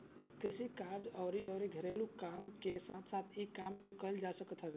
कृषि कार्य अउरी अउरी घरेलू काम के साथे साथे इ काम के कईल जा सकत हवे